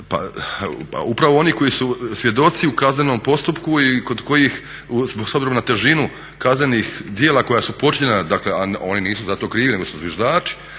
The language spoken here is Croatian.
… Upravo oni koji su svjedoci u kaznenom postupku i kod kojih s obzirom na težinu kaznenih djela koja su počinjena, a oni nisu za to krivi nego su zviždači,